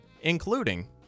including